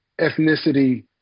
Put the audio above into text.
ethnicity